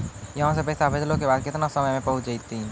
यहां सा पैसा भेजलो के बाद केतना समय मे पहुंच जैतीन?